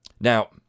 Now